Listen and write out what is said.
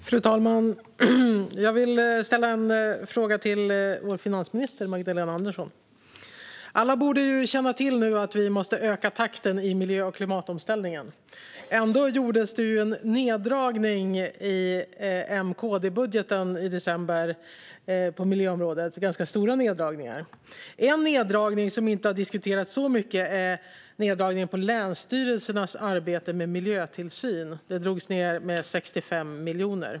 Fru talman! Jag vill ställa en fråga till vår finansminister, Magdalena Andersson. Alla borde känna till att vi nu måste öka takten i miljö och klimatomställningen. Ändå gjordes det i M-KD-budgeten i december ganska stora neddragningar på miljöområdet. En neddragning som inte har diskuterats så mycket är neddragningen på länsstyrelsernas arbete med miljötillsyn. Det drogs ned med 65 miljoner.